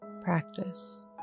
practice